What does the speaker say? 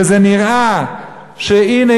וזה נראה שהנה,